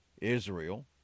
Israel